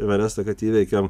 everestą kad įveikiam